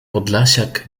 podlasiak